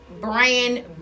Brand